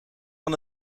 van